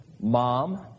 mom